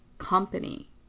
company